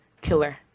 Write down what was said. killer